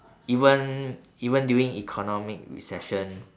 even even during economic recession